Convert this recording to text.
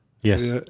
Yes